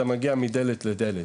אתה מגיע מדלת לדלת.